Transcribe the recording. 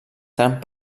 tant